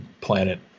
planet